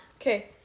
Okay